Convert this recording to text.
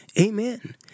Amen